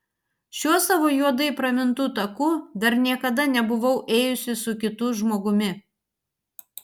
šiuo savo juodai pramintu taku dar niekada nebuvau ėjusi su kitu žmogumi